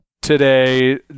today